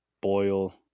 boil